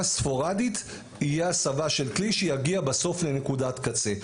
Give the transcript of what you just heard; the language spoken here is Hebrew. ספורדית תהיה הסבה של כלי שיגיע בסוף לנקודת קצה.